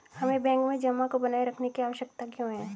हमें बैंक में जमा को बनाए रखने की आवश्यकता क्यों है?